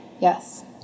yes